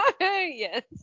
Yes